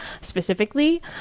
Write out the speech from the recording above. specifically